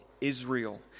Israel